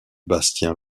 bastien